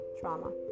trauma